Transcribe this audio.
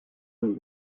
vingt